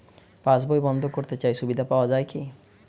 পাশ বই বন্দ করতে চাই সুবিধা পাওয়া যায় কি?